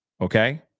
Okay